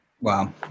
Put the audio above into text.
Wow